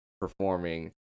performing